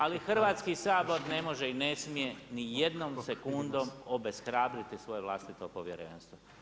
Ali Hrvatski sabor ne može i ne smije ni jednom sekundom obeshrabriti svoje vlastito povjerenstvo.